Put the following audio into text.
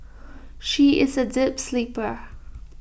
she is A deep sleeper